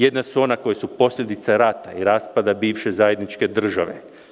Jedna su ona koja su posljedica rata i raspada bivše zajedničke države.